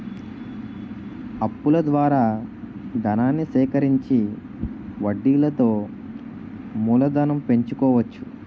అప్పుల ద్వారా ధనాన్ని సేకరించి వడ్డీలతో మూలధనం పెంచుకోవచ్చు